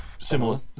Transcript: similar